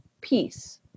peace